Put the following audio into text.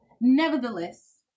nevertheless